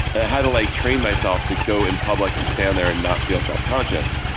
ah had to like train myself to go in public and stand there and not feel self-conscious,